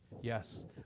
Yes